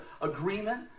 agreement